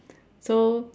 so